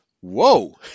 whoa